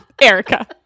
erica